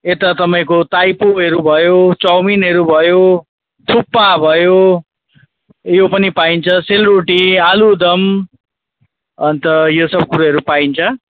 यता तपाईँको थाइपोहरू भयो चाउमिनहरू भयो थुक्पा भयो यो पनि पाइन्छ सेलरोटी आलुदम अन्त यो सब कुरोहरू पाइन्छ